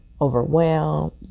overwhelmed